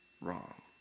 wrong